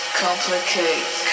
complicate